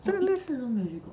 真的是